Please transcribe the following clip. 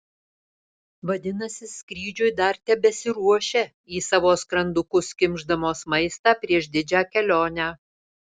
vadinasi skrydžiui dar tebesiruošia į savo skrandukus kimšdamos maistą prieš didžią kelionę